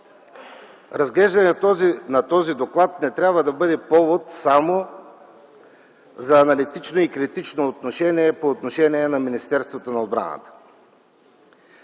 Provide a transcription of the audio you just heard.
разглеждането на този доклад не трябва да бъде само повод за аналитично и критично отношение към Министерството на отбраната.